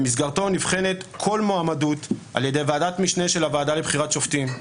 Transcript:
במסגרתו נבחנת כל מועמדות על ידי ועדת משנה של הוועדה לבחירת שופטים,